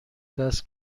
دست